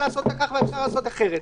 לעשות אותה כך ואפשר היה לעשות אחרת.